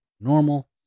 normal